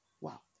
Wow